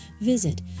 visit